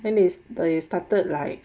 then is they started like